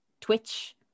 twitch